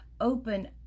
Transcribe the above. open